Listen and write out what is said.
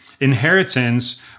Inheritance